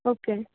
okay